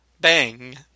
bang